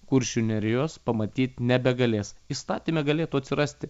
kuršių nerijos pamatyt nebegalės įstatyme galėtų atsirasti